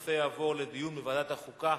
הנושא יעבור לדיון בוועדת החוקה,